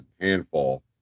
handful